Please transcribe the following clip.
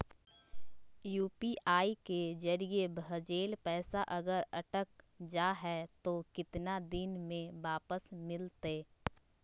UPI के जरिए भजेल पैसा अगर अटक जा है तो कितना दिन में वापस मिलते?